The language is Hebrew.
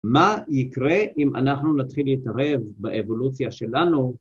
מה יקרה אם אנחנו נתחיל להתערב באבולוציה שלנו?